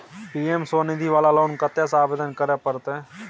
PM SVANidhi वाला loan कत्ते से आवेदन करे परतै?